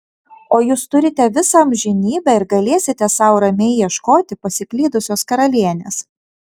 o jūs turite visą amžinybę ir galėsite sau ramiai ieškoti pasiklydusios karalienės